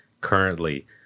currently